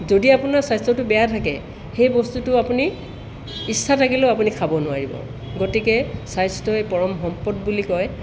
যদি আপোনাৰ স্বাস্থ্যটো বেয়া থাকে সেই বস্তুটো আপুনি ইচ্ছা থাকিলেও আপুনি খাব নোৱাৰিব গতিকে স্বাস্থ্যই পৰম সম্পদ বুলি কয়